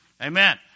Amen